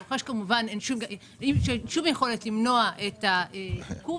לרוכש, כמובן, אין שום יכולת למנוע את הייקור.